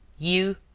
you,